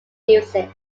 music